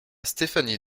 stéphanie